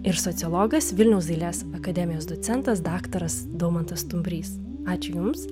ir sociologas vilniaus dailės akademijos docentas daktaras daumantas stumbrys ačiū jums